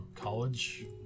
college